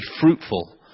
fruitful